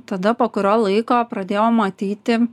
tada po kurio laiko pradėjau matyti